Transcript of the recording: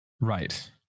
right